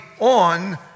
on